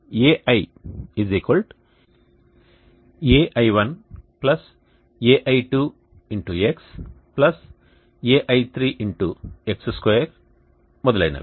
ఇక్కడ Ai ai1ai2xai3x2 మొదలైనవి